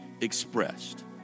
expressed